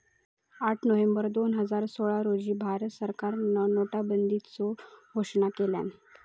आठ नोव्हेंबर दोन हजार सोळा रोजी भारत सरकारान नोटाबंदीचो घोषणा केल्यान